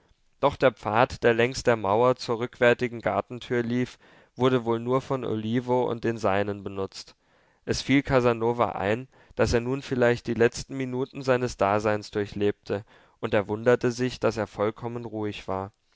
doch der pfad der längs der mauer zur rückwärtigen gartentür lief wurde wohl nur von olivo und den seinen benutzt es fiel casanova ein daß er nun vielleicht die letzten minuten seines daseins durchlebte und er wunderte sich daß er vollkommen ruhig war